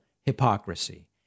hypocrisy